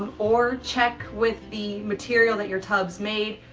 um or check with the material that your tub's made,